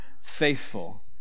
faithful